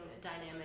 dynamic